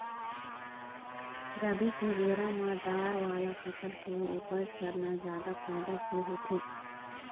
रबी के बेरा म दार वाला फसल के उपज करना जादा फायदा के होथे